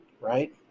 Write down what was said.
right